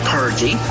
Purdy